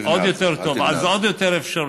שמונה דלתות, עוד יותר טוב, אז עוד יותר אפשרויות